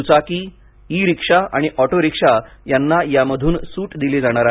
दुचाकी e rickshaw आणि auto rickshaw यांना यामधून सूट दिली जाणार आहे